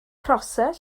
prosser